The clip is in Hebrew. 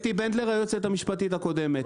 אתי בנדלר, היועצת המשפטית הקודמת.